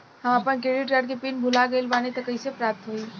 हम आपन credit card के पिन भुला गइल बानी त कइसे प्राप्त होई?